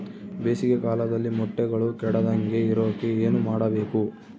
ಬೇಸಿಗೆ ಕಾಲದಲ್ಲಿ ಮೊಟ್ಟೆಗಳು ಕೆಡದಂಗೆ ಇರೋಕೆ ಏನು ಮಾಡಬೇಕು?